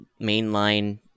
mainline